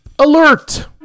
Alert